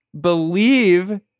believe